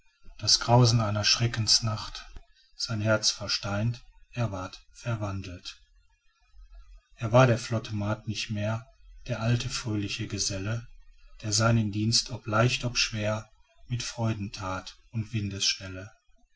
das grausen einer schreckensnacht sein herz versteint er war verwandelt er war der flotte maat nicht mehr der alte fröhliche geselle der seinen dienst ob leicht ob schwer mit freuden that und